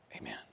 Amen